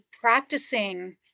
practicing